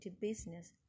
business